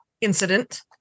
incident